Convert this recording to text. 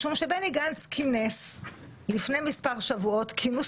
משום שבני גנץ כינס לפני מספר שבועות כינוס